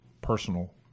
personal